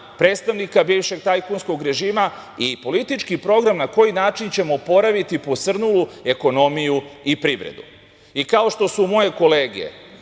predstavnika bivšeg tajkunskog režima i politički program na koji način ćemo oporaviti posrnulu ekonomiju i privredu. Kao što su moje kolege,